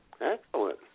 Excellent